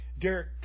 Derek